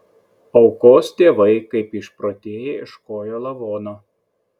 aukos tėvai kaip išprotėję ieškojo lavono